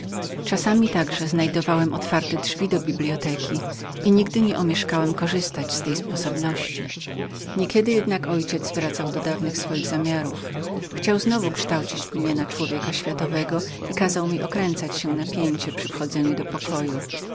czasami także znajdowałem otwarte drzwi do jego gabinetu i zawsze nie omieszkiwałem korzystać z tej sposobności niekiedy jednak ojciec mój zwracał do dawnych swoich zamiarów chciał znowu wykształcać mnie na człowieka światowego kazał okręcać się na pięcie wchodząc do pokoju